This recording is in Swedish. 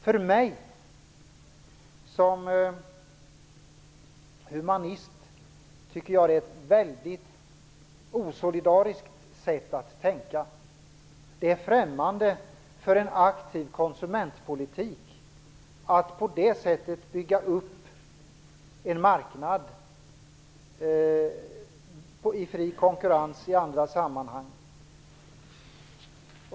För mig som humanist är det ett väldigt osolidariskt sätt att tänka. Det är främmande för en aktiv konsumentpolitik att på det sättet bygga upp en marknad i fri konkurrens som i andra sammanhang.